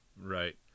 right